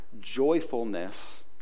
joyfulness